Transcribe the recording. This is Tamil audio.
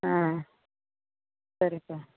ஆ சரிப்பா